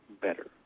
better